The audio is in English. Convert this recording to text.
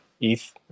ETH